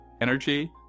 energy